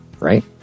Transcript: right